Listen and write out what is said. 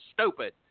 stupid